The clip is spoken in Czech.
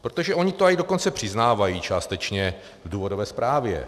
Protože oni to dokonce i přiznávají částečně v důvodové zprávě.